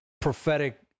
prophetic